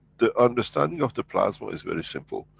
the understanding of the plasma is very simple,